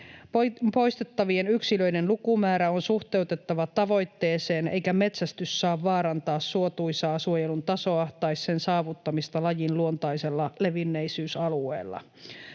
Poistettavien yksilöiden lukumäärä on suhteutettava tavoitteeseen, eikä metsästys saa vaarantaa suotuisaa suojelun tasoa tai sen saavuttamista lajin luontaisella levinneisyysalueella.